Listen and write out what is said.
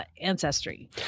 Ancestry